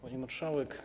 Pani Marszałek!